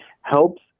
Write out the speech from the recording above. helps